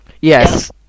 Yes